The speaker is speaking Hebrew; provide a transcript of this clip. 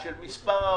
שלומית,